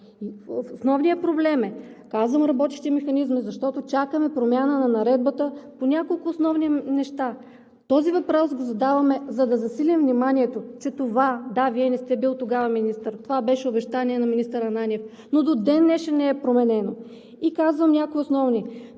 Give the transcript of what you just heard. Основният проблем е, казвам, работещите механизми, защото чакаме промяна на Наредбата по няколко основни неща. Този въпрос го задаваме, за да засилим вниманието. Да, Вие не сте бил тогава министър, това беше обещание на министър Ананиев, но до ден днешен не е променено. Казвам някои основни